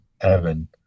Evan